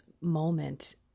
moment